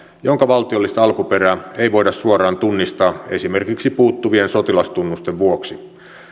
jonka valtiollista alkuperää ei voida suoraan tunnistaa esimerkiksi puuttuvien sotilastunnusten vuoksi